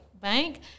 Bank